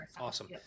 Awesome